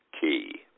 Key